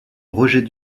roger